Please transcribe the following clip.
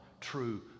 true